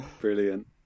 Brilliant